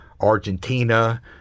Argentina